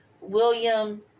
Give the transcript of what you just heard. William